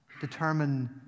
determine